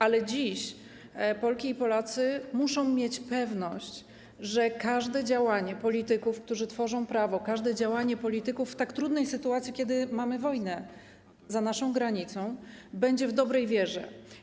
Ale dziś Polki i Polacy muszą mieć pewność, że każde działanie polityków, którzy tworzą prawo, każde działanie polityków w tak trudnej sytuacji, kiedy mamy wojnę za naszą granicą, będzie w dobrej wierze.